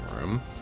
room